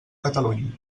catalunya